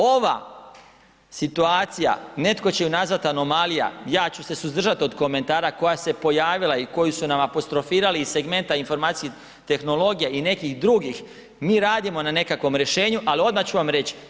Ova situacija, netko će ju nazvati anomalija, ja ću se suzdržati od komentara koja se pojavila i koju su nam apostrofirali iz segmenta informacija tehnologija i nekih drugih, mi radimo na nekakvom rješenju, ali odmah ću vam reći.